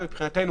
מבחינתנו,